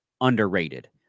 underrated